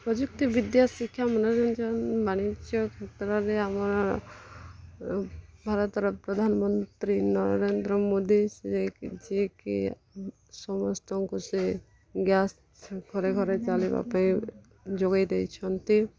ପ୍ରଯୁକ୍ତିବିଦ୍ୟା ଶିକ୍ଷା ମନୋରଞ୍ଜନ ବାଣିଜ୍ୟ କ୍ଷେତ୍ରରେ ଆମର ଭାରତର ପ୍ରଧାନମନ୍ତ୍ରୀ ନରେନ୍ଦ୍ର ମୋଦୀ ସେ ଯିଏ କି ସମସ୍ତଙ୍କୁ ସେ ଗ୍ୟାସ୍ ଘରେ ଘରେ ଚଳିବା ପାଇଁ ଯୋଗାଇ ଦେଇଛନ୍ତି